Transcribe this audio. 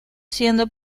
siendo